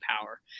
power